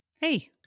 Hey